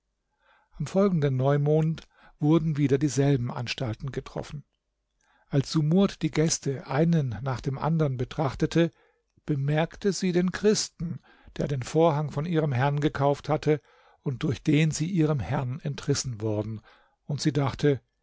am folgenden neumonden wurden wieder dieselben anstalten getroffen als sumurd die gäste einen nach dem andern betrachtete bemerkte sie den christen der den vorhang von ihrem herrn gekauft hatte und durch den sie ihrem herrn entrissen worden sie dachte